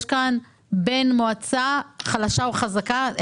יש מועצה חלשה או חזקה,